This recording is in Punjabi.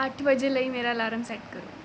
ਅੱਠ ਵਜੇ ਲਈ ਮੇਰਾ ਅਲਾਰਮ ਸੈੱਟ ਕਰੋ